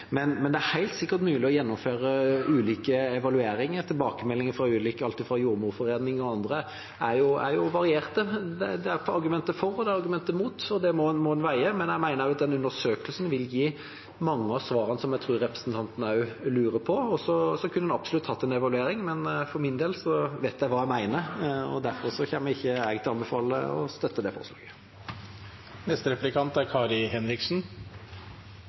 Det er helt sikkert mulig å gjennomføre ulike evalueringer. Tilbakemeldingene fra ulike grupper, alt fra Jordmorforeningen og andre, er varierte. Det er argumenter for, og det er argumenter imot, og det må en veie. Men jeg mener at den undersøkelsen vil gi mange av svarene på det jeg tror representanten også lurer på. Og så kunne en absolutt hatt en evaluering, men for min del vet jeg hva jeg mener, derfor kommer jeg ikke til å anbefale å støtte det